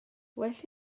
well